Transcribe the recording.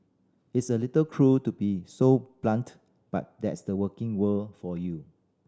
it's a little cruel to be so blunt but that's the working world for you